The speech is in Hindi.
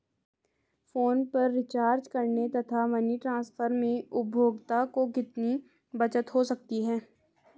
फोन पर रिचार्ज करने तथा मनी ट्रांसफर में उपभोक्ता को कितनी बचत हो सकती है?